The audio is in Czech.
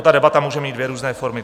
Ta debata může mít dvě různé formy.